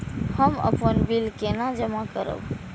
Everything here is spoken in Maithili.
हम अपन बिल केना जमा करब?